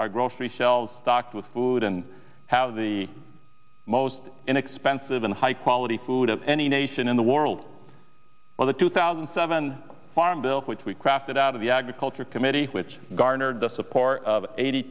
our grocery shelves stocked with food and have the most inexpensive and high quality food of any nation in the world or the two thousand and seven farm bill which we crafted out of the agriculture committee which garnered the support of eighty